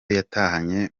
yatahanye